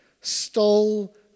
stole